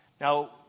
Now